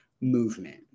movement